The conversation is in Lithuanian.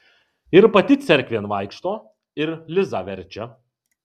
ir pati cerkvėn vaikšto ir lizą verčia